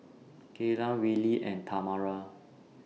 Kaylan Willie and Tamara